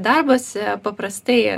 darbas paprastai